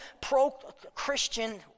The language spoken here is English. pro-Christian